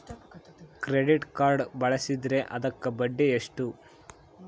Credit card ಬಳಸಿದ್ರೇ ಅದಕ್ಕ ಬಡ್ಡಿ ಎಷ್ಟು?